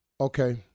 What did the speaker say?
Okay